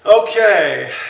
Okay